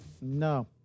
No